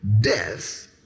Death